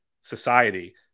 society